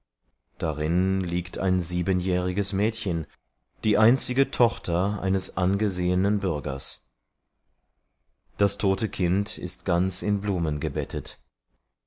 darin ein siebenjähriges mädchen liegt die einzige tochter eines angesehenen bürgers der stadt das tote kind liegt da ganz in blumen gebettet